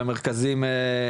והמרכזים,